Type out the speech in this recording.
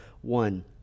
one